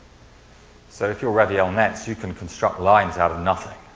so, if you're reviel netz, you can construct lines out of nothing,